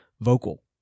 vocal